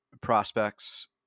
prospects